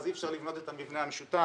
אי אפשר לבנות את המבנה המשותף.